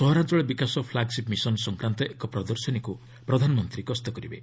ସହରାଞ୍ଚଳ ବିକାଶ ଫ୍ଲାଗ୍ସିପ୍ ମିଶନ ସଂକ୍ରାନ୍ତ ଏକ ପ୍ରଦର୍ଶନୀକୁ ପ୍ରଧାନମନ୍ତ୍ରୀ ଗସ୍ତ କରିବେ